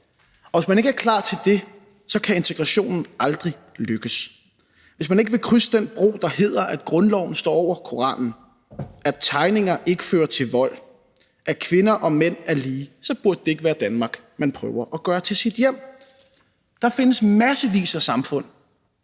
og hvis man ikke er klar til det, kan integrationen aldrig lykkes. Hvis man ikke vil krydse den bro, der hedder, at grundloven står over Koranen, at tegninger ikke fører til vold, at kvinder og mænd er lige, så burde det ikke være Danmark, man prøver at gøre til sit hjem. Der findes massevis af samfund,